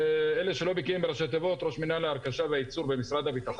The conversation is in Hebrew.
למי שלא בקי בראשי תיבות אני ראש מינהל ההרכשה והייצור במשרד הביטחון.